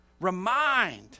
Remind